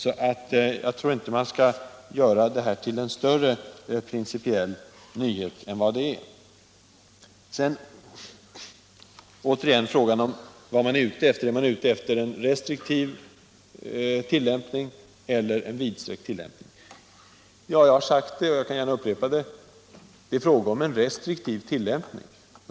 Jag tror därför inte att man skall göra detta till en större principiell nyhet än vad det är. Sedan återigen: Är man ute efter en restriktiv tillämpning eller en vidsträckt tillämpning? Jag har sagt det och jag kan gärna upprepa det: Det är fråga om en återhållsam tillämpning.